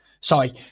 Sorry